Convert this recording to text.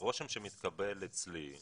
הרושם שמתקבל אצלי,